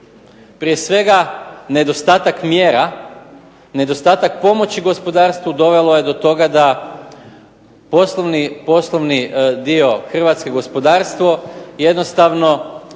Prije svega, nedostatak mjera, nedostatak pomoći gospodarstvu dovelo je do toga da poslovni dio Hrvatske, gospodarstvo, jednostavno